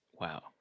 Wow